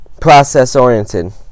process-oriented